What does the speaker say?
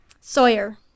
sawyer